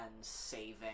saving